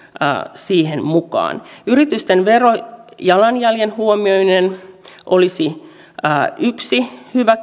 siihen mukaan yritysten verojalanjäljen huomioiminen olisi yksi hyvä